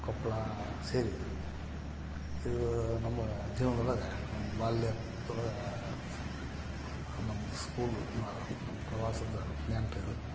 ಕೊಪ್ಪಳ ಸೇರಿದ್ವಿ ಇದು ನಮ್ಮ ಜೀವನ್ದೊಳಗೆ ನಮ್ಮ ಬಾಲ್ಯ ಪ್ರಾ ನಮ್ಮ ಸ್ಕೂಲ್ ಒಳಗೆ ನಮ್ಮ ಪ್ರವಾಸದ ನೆನ್ಪು ಇದು